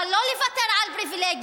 אבל לא לוותר על פריבילגיות.